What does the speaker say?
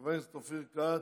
חבר הכנסת אופיר כץ,